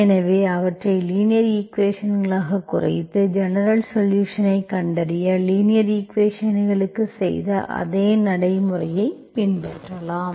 எனவே அவற்றை லீனியர் ஈக்குவேஷன்ஸ்களாகக் குறைத்து ஜெனரல்சொலுஷன்ஸ்ஐக் கண்டறிய லீனியர் ஈக்குவேஷன்ஸ்களுக்கு செய்த அதே நடைமுறையைப் பின்பற்றலாம்